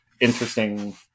interesting